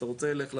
אתה רוצה לך לדואר,